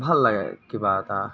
ভাল লাগে কিবা এটা